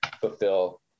fulfill –